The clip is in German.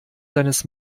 seines